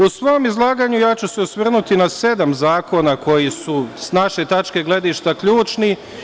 U svom izlaganju osvrnuću se na sedam zakona koji su, s naše tačke gledišta, ključni.